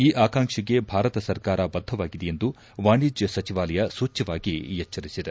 ಈ ಆಕಾಂಕ್ಷೆಗೆ ಭಾರತ ಸರ್ಕಾರ ಬದ್ದವಾಗಿದೆ ಎಂದು ವಾಣೆಜ್ಯ ಸಚಿವಾಲಯ ಸೂಚ್ಯವಾಗಿ ಎಚ್ವರಿಸಿದೆ